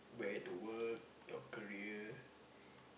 where to work your career